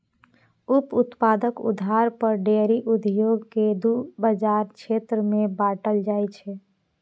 उप उत्पादक आधार पर डेयरी उद्योग कें दू बाजार क्षेत्र मे बांटल जाइ छै